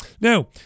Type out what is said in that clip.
Now